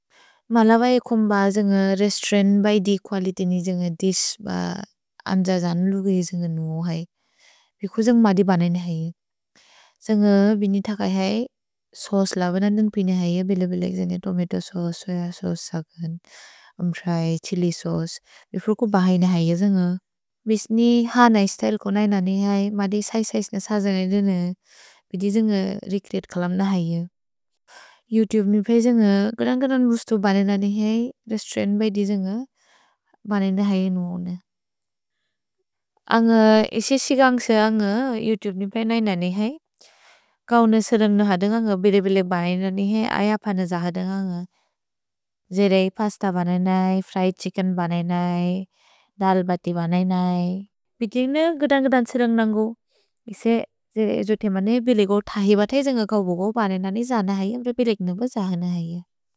मलवै कोम्ब जेन्ग् रेस्तौरन्त् बै दि कुअलिति नि जेन्ग् दिस् ब अन्ज जन् लुगि जेन्ग् नो है। भिकु जेन्ग् मदि बनेन् है। जेन्ग् बिनि थक है सोस् ल। भेन देन् पिनि है। भिल-बिल जेन्ग् तोमतो सौचे, सोय सौचे, सगन्, अम्त्रय्, छिलि सौचे। भिफुर्को बहैन् है जेन्ग्। भिस्नि हनै स्त्य्ले को नैन नि है। मदि सैस्-सैस् न सजनै देन। भिदि जेन्ग् रेच्रेअते कलम्न है। योउतुबे नि बै जेन्ग् गदन्-गदन् उस्तु बनेन् न नि है। रेस्तौरन्त् बै दि जेन्ग् बनेन् न है। अन्ग् इसिसि गन्ग्से अन्ग् योउतुबे नि बै नैन नि है। कौने सरन्ग् न हद न्ग बिल-बिल बहैन् न नि है। अय पन ज हद न्ग। जेरै पस्त बनेन् नै। फ्रिएद् छिच्केन् बनेन् नै। दल् बति बनेन् नै। भिकिन् न गदन्-गदन् सरन्ग् नन्गु।